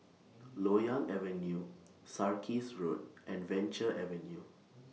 Loyang Avenue Sarkies Road and Venture Avenue